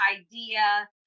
idea